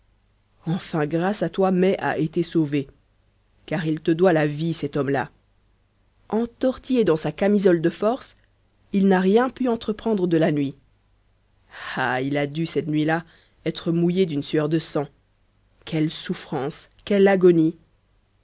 enfin grâce à toi mai a été sauvé car il te doit la vie cet homme-là entortillé dans sa camisole de force il n'a rien pu entreprendre de la nuit ah il a dû cette nuit-là être mouillé d'une sueur de sang quelles souffrances quelle agonie